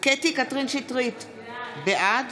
קטי קטרין שטרית, בעד